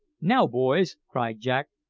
now, boys, cried jack,